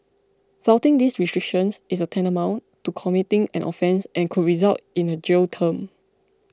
flouting these restrictions is tantamount to committing an offence and could result in the jail term